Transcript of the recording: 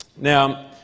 Now